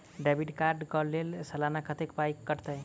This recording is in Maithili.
डेबिट कार्ड कऽ लेल सलाना कत्तेक पाई कटतै?